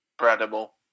incredible